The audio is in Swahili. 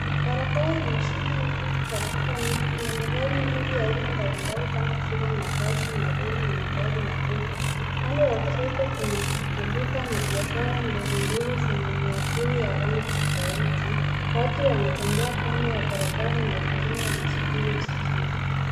Barabara yenye shughuli nyingi katika mji, kuna magari mengi ya aina mbalimbali kama vile mabasi, malori na magari madogo. Upande wa kushoto, kuna maduka na biashara ndogo ndogo zenye miavuli ya rangi tofauti. Watu wanatembea kando ya barabara na wengine wanasubiri usafiri.